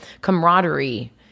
camaraderie